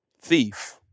thief